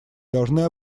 должны